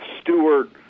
Stewart